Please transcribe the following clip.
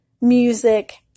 Music